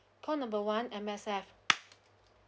number one M_S_F